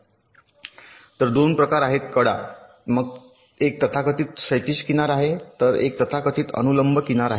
तर असे दोन प्रकार आहेत कडा एक तथाकथित क्षैतिज किनार आहे तर एक तथाकथित अनुलंब किनार आहे